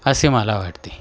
असे मला वाटते